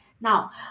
Now